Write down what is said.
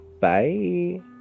Bye